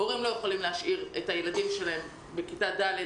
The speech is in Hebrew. הורים לא יכולים להשאיר ילדים בכיתות ד',